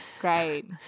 great